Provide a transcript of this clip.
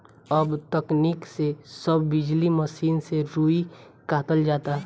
अब तकनीक से सब बिजली मसीन से रुई कातल जाता